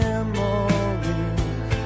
memories